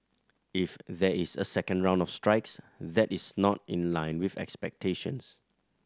if there is a second round of strikes that is not in line with expectations